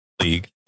league